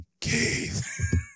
Keith